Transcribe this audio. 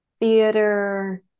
theater